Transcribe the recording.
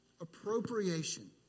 Appropriation